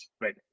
Right